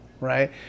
right